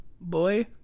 Boy